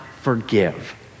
forgive